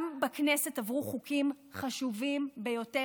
גם בכנסת עברו חוקים חשובים ביותר.